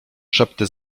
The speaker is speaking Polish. szepty